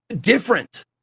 Different